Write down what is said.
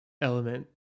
element